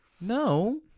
No